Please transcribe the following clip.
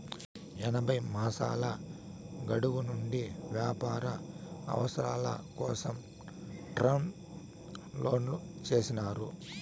ఎనభై మాసాల గడువు నుండి వ్యాపార అవసరాల కోసం టర్మ్ లోన్లు చేసినారు